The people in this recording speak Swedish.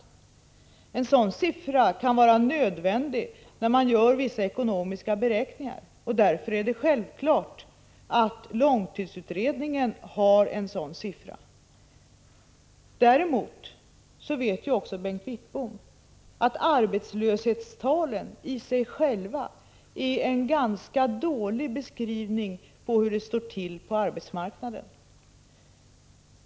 Det kan vara nödvändigt att ha en sådan när man gör vissa ekonomiska beräkningar, och därför är det självklart att långtidsutredningen redovisar ett procenttal för arbetslösheten. Arbetslöshetstalen i sig själva är däremot, vilket också Bengt Wittbom vet, en ganska dålig beskrivning av hur det står till på arbetsmarknaden.